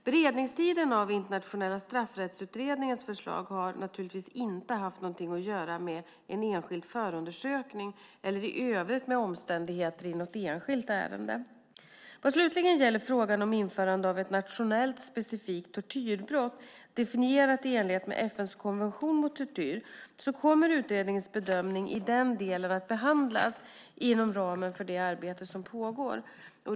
Beredningstiden för Internationella straffrättsutredningens förslag har naturligtvis inte haft något samband med en enskild förundersökning eller i övrigt med omständigheter i något enskilt ärende. Vad slutligen gäller frågan om införandet av ett nationellt, specifikt tortyrbrott definierat i enlighet med FN:s konvention mot tortyr, kommer utredningens bedömning i denna del att behandlas inom ramen för det arbete som pågår.